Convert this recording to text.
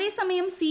അതേസമയം സി